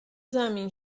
زمین